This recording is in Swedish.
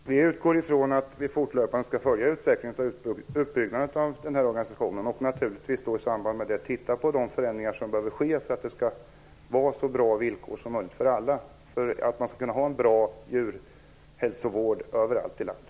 Fru talman! Vi utgår från att vi fortlöpande skall följa utvecklingen när det gäller uppbyggnaden av den här organisationen. I samband med detta skall vi naturligtvis titta på vilka förändringar som behöver ske för att villkoren skall vara så bra som möjligt för alla och för att man skall kunna ha en bra djurhälsovård överallt i landet.